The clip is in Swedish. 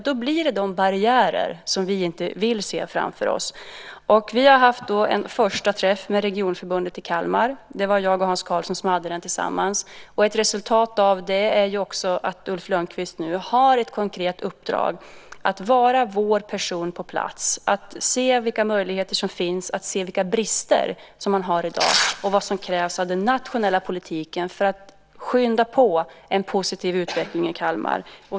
Då blir det de barriärer vi inte vill se framför oss. Vi har haft en första träff med Regionförbundet i Kalmar. Det var jag och Hans Karlsson som hade den tillsammans. Ett resultat av den träffen är att Ulf Lönnquist nu har ett konkret uppdrag att vara vår person på plats, att se vilka möjligheter som finns, att se vilka brister som finns i dag och vad som krävs av den nationella politiken för att skynda på en positiv utveckling i Kalmar.